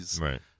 Right